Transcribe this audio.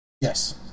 Yes